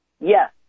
Yes